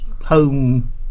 home